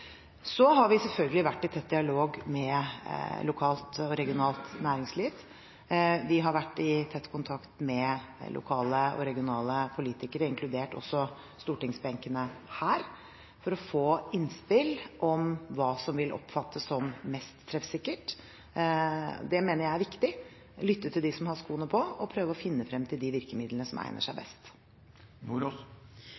Vi har selvfølgelig vært i tett dialog med lokalt og regionalt næringsliv. Vi har vært i tett kontakt med lokale og regionale politikere, inkludert stortingsbenkene, for å få innspill om hva som vil oppfattes som mest treffsikkert. Jeg mener det er viktig å lytte til dem som har skoene på, og prøve å finne frem til de virkemidlene som egner seg